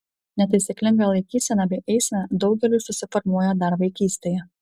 netaisyklinga laikysena bei eisena daugeliui susiformuoja dar vaikystėje